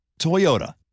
Toyota